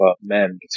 men